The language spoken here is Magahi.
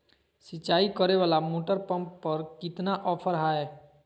सिंचाई करे वाला मोटर पंप पर कितना ऑफर हाय?